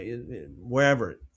wherever